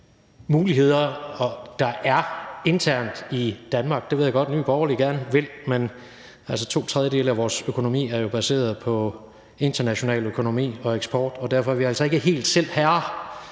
muligheder, der er internt i Danmark. Det ved jeg godt at Nye Borgerlige gerne vil, men to tredjedele af vores økonomi er jo baseret på international økonomi og eksport, og derfor er vi altså ikke helt selv herrer